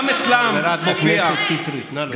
חברת הכנסת שטרית, נא לא להפריע.